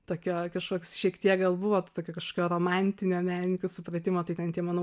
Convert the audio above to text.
tokio kažkoks šiek tiek gal buvo kažkokio romantinio menininkų supratimo tai ten tie mano